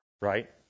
right